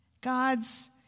God's